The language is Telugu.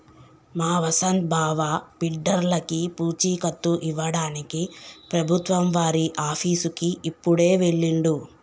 మా వసంత్ బావ బిడ్డర్లకి పూచీకత్తు ఇవ్వడానికి ప్రభుత్వం వారి ఆఫీసుకి ఇప్పుడే వెళ్ళిండు